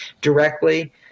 directly